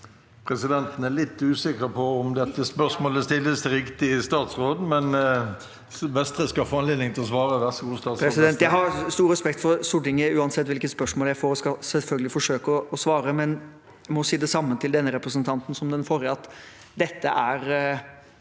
Presidenten er litt usikker på om dette spørsmålet stilles til riktig statsråd, men Vestre skal få anledning til å svare. Statsråd Jan Christian Vestre Jeg har stor respekt for Stortinget uansett hvilket spørsmål jeg får, og jeg skal selvfølgelig forsøke å svare. Men jeg må si det samme til denne representanten som til den forrige, at dette er